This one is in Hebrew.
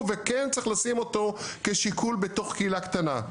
וכן צריך לשים אותו כשיקול בתוך קהילה קטנה.